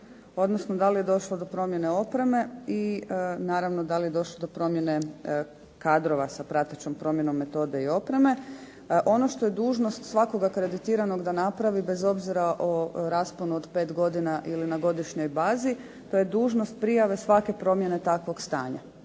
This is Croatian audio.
odnosno da li je došlo do promjene opreme i naravno da li je došlo do promjene kadrova sa pratećom promjenom metode i opreme. Ono što je dužnost svakog akreditiranog da napravi, bez obzira o rasponu od 5 godina ili na godišnjoj bazi, to je dužnost prijave svake promjene takvog stanja.